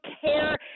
care